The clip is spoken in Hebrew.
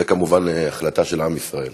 זו כמובן החלטה של עם ישראל.